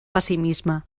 pessimisme